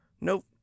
Nope